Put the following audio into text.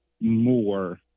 more